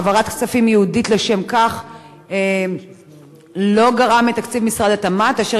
העברת כספים ייעודית לשם כך לא גרעה מתקציב משרד התמ"ת אשר